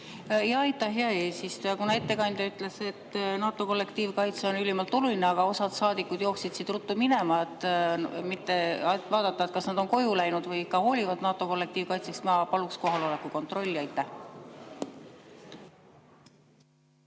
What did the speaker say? Aitäh, hea eesistuja! Kuna ettekandja ütles, et NATO kollektiivkaitse on ülimalt oluline, aga osa saadikuid jooksis siit ruttu minema, siis et vaadata, kas nad on koju läinud või ikka hoolivad NATO kollektiivkaitsest, ma paluksin kohaloleku kontrolli. Aitäh,